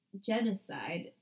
genocide